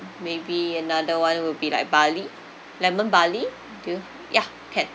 maybe another one would be like barley lemon barley do you ya can